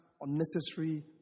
unnecessary